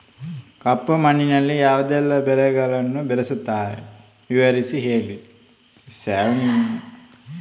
ಕಪ್ಪು ಮಣ್ಣಿನಲ್ಲಿ ಯಾವುದೆಲ್ಲ ಬೆಳೆಗಳನ್ನು ಬೆಳೆಸುತ್ತಾರೆ ವಿವರಿಸಿ ಹೇಳಿ